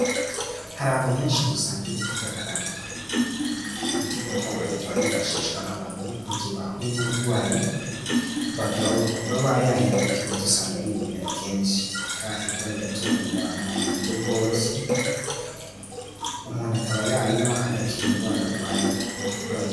Hari ahantu henshi dusanga imiti i gakondo, imiti gakondo ikaba yifashishwa n'abantu mu gihe bahuye n'uburwayi bakaba bayahira, usanga ari ibimera kenshi ikahirwa, igatunganywa mu buryo bworoshye, umuntu akaba yayinywa agakira indwara arwaye uburwayi bwe.